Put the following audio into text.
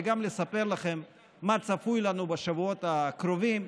וגם לספר מה צפוי לנו בשבועות הקרובים.